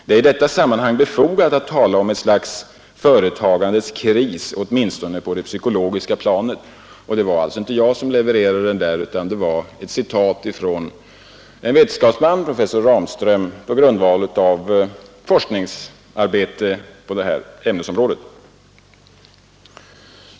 Det är i detta sammanhang befogat att tala om ett slags ”företagandets kris”, åtminstone på det psykologiska planet.” Detta var alltså ett citat från en vetenskapsman, professor Dick Ramström, på grundval av forskningsarbete inom detta ämnesområde.